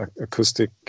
acoustic